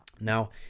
Now